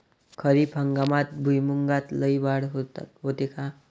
खरीप हंगामात भुईमूगात लई वाढ होते का?